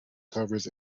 covers